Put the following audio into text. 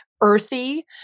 earthy